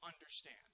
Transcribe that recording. understand